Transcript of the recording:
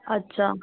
اچھا